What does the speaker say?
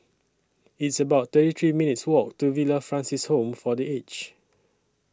It's about thirty three minutes' Walk to Villa Francis Home For The Aged